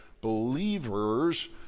believers